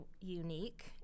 unique